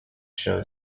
show